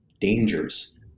dangers